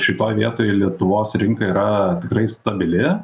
šitoj vietoj lietuvos rinka yra tikrai stabili